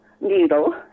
needle